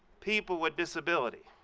people with disabilities,